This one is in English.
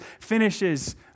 finishes